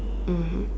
mmhmm